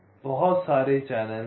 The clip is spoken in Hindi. इसलिए बहुत सारे चैनल हैं